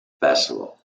festival